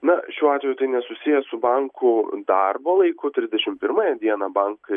na šiuo atveju tai nesusiję su bankų darbo laiku trisdešim pirmąją dieną bankai